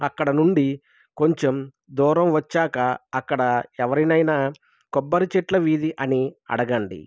అక్కడ నుండి కొంచెం దూరం వచ్చాక అక్కడ ఎవరినైనా కొబ్బరి చెట్ల వీధి అని అడగండి